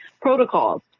protocols